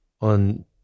on